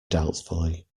doubtfully